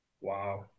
Wow